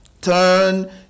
turn